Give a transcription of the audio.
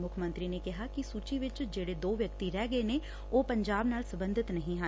ਮੁੱਖ ਮੰਤਰੀ ਨੇ ਕਿਹਾ ਕਿ ਸੂਚੀ ਵਿਚ ਜਿਹੜੈ ਦੋ ਵਿਅਕਤੀ ਰਹਿ ਗਏ ਨੇ ਉਹ ਪੰਜਾਬ ਨਾਲ ਸਬੰਧਤ ਨਹੀਂ ਨੇ